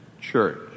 church